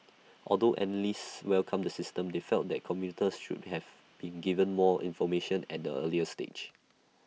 although analysts welcomed the system they felt that commuters should have been given more information at the earlier stage